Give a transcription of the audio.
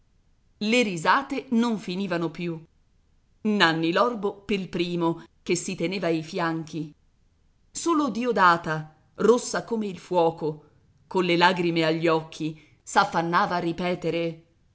le risate non finivano più nanni l'orbo pel primo che si teneva i fianchi solo diodata rossa come il fuoco colle lagrime agli occhi s'affannava a ripetere